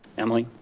emily?